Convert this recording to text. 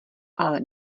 ale